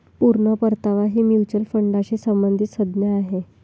पूर्ण परतावा ही म्युच्युअल फंडाशी संबंधित संज्ञा आहे